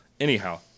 anyhow